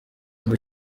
ngo